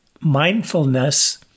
mindfulness